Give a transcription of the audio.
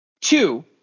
Two